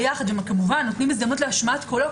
וכמובן נותנים הזדמנות להשמעת קולו